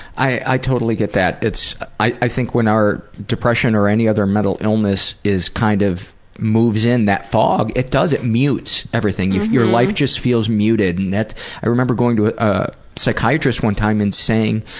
i i totally get that. it's i think when our depression or any other mental illness is kind of moves in that fog, it does, it mutes everything. your life just feels muted. and i remember going to a ah psychiatrist one time and saying,